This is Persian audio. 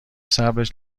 صبرش